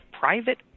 private